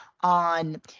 on